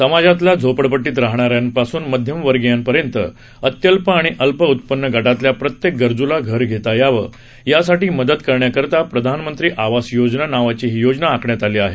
समाजातल्या झोपडपट्टीत राहणाऱ्यांपासून मध्यमवर्गीयांपर्यंत अत्यल्प आणि अल्प उत्पन्न गटातल्या प्रत्येक गरजूला घर घेता यावं यासाठी मदत करण्याकरिता प्रधानमंत्री आवास योजना नावाची ही योजना आखण्यात आली आहे